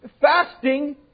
Fasting